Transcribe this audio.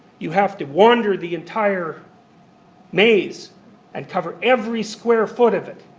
you have to wander the entire maze and cover every square foot of it.